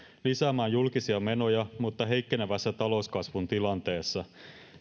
lisäämään julkisia menoja mutta heikkenevässä talouskasvun tilanteessa